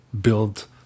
build